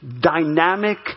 dynamic